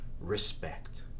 Respect